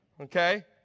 Okay